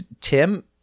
Tim